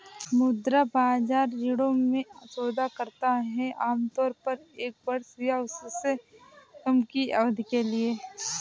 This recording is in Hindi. मुद्रा बाजार ऋणों में सौदा करता है आमतौर पर एक वर्ष या उससे कम की अवधि के लिए